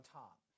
top